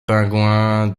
penguins